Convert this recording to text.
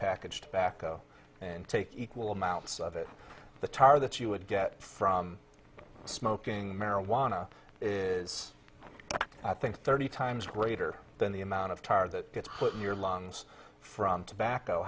packaged back and take equal amounts of it the tar that you would get from smoking marijuana is i think thirty times greater than the amount of tar that gets put in your lungs from tobacco